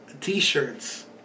t-shirts